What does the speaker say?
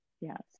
Yes